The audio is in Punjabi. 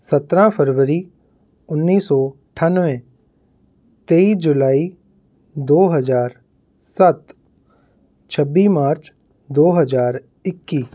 ਸਤਾਰਾਂ ਫਰਵਰੀ ਉੱਨੀ ਸੌ ਅਠਾਨਵੇਂ ਤੇਈ ਜੁਲਾਈ ਦੋ ਹਜ਼ਾਰ ਸੱਤ ਛੱਬੀ ਮਾਰਚ ਦੋ ਹਜ਼ਾਰ ਇੱਕੀ